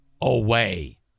away